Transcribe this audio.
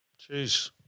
Jeez